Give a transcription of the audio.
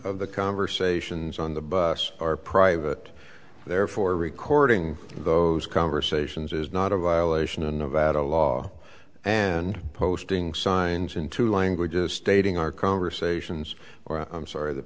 of the conversations on the bus are private therefore recording those conversations is not a violation in nevada law and posting signs in two languages stating our conversations or